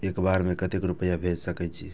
एक बार में केते रूपया भेज सके छी?